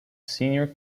senior